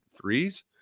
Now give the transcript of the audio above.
threes